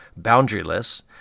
boundaryless